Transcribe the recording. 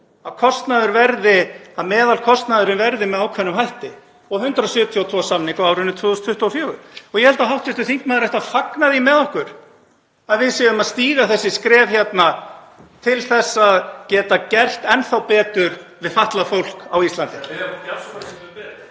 í frumvarpinu, að meðalkostnaðurinn verði með ákveðnum hætti, og 172 samninga á árinu 2024. Ég held að hv. þingmaður ætti að fagna því með okkur að við séum að stíga þessi skref hérna til að geta gert enn þá betur við fatlað fólk á Íslandi.